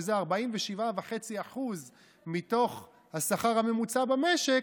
שזה 47.5% מתוך השכר הממוצע במשק,